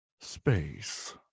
Space